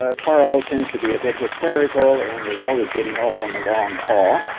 ah karl tends to be a bit hysterical and is always getting off on the wrong paw.